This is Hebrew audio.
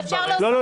ואפשר --- לא,